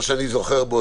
תקריאי ותסבירי.